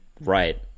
right